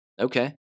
Okay